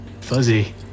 fuzzy